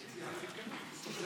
תשע דקות מלאות,